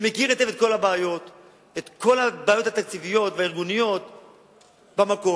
שמכיר היטב את כל הבעיות התקציביות והארגוניות במקום,